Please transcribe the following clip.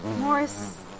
Morris